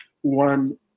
one